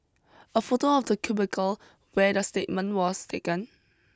a photo of the cubicle where the statement was taken